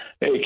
hey